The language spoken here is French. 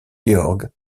georg